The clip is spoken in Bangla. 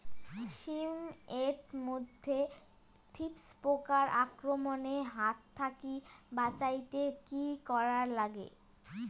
শিম এট মধ্যে থ্রিপ্স পোকার আক্রমণের হাত থাকি বাঁচাইতে কি করা লাগে?